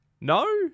No